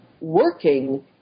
working